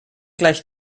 gleich